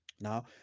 now